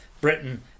Britain